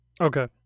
okay